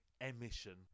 Emission